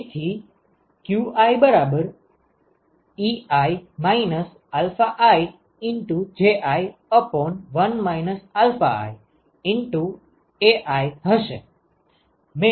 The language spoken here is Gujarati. તેથી qiEi iJi1 iAi હશે